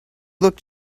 looked